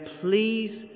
please